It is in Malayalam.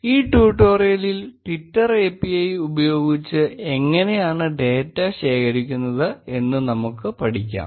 ഈ ട്യൂട്ടോറിയലിൽ ട്വിറ്റർ API ഉപയോഗിച്ച് എങ്ങനെയാണ് ഡേറ്റ ശേഖരിക്കുന്നത് എന്ന് നമുക്ക് പഠിക്കാം